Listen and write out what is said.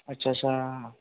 आथसा सा